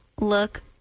look